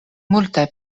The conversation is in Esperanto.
multaj